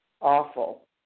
awful